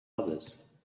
others